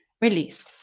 release